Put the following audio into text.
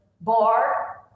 bar